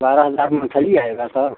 बारह हज़ार मंथली आएगा सर